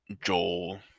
Joel